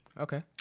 Okay